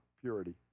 purity